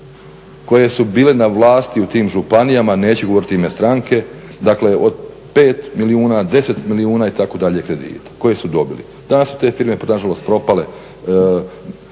koje su bile na vlasti u tim županijama, neću govoriti ime stranke, dakle od 5 milijuna, 10 milijuna, itd. … koje su dobili. Danas su te firme nažalost propale,